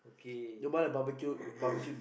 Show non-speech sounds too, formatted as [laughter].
okay [coughs]